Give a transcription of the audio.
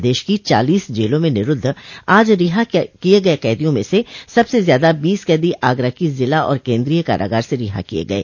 प्रदेश की चालीस जेलों में निरूद्ध आज रिहा किये गये कैदियों में से सबसे ज्यादा बीस कैदी आगरा की जिला और केन्द्रीय कारागार से रिहा किये गये